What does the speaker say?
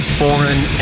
foreign